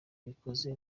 bikoze